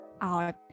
out